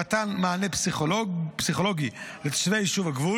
למתן מענה פסיכולוגי לתושבי יישובי הגבול